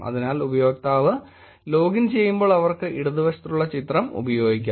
അതിനാൽ ഉപയോക്താവ് ലോഗിൻ ചെയ്യുമ്പോൾ അവർക്ക് ഇടതുവശത്തുള്ള ചിത്രം ഉപയോഗിക്കാം